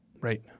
Right